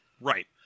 Right